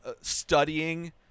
studying